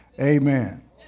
amen